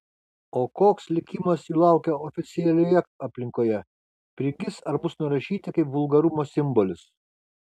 o koks likimas jų laukia oficialioje aplinkoje prigis ar bus nurašyti kaip vulgarumo simbolis